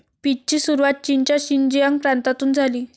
पीचची सुरुवात चीनच्या शिनजियांग प्रांतातून झाली